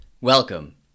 Welcome